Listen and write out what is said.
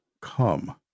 come